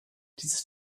dieses